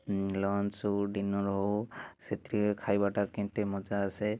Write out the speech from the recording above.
launch ହଉ dinner ହଉ ସେଥିରେ ଖାଇବାଟା କେମିତି ମଜା ଆସେ